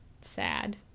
sad